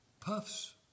puffs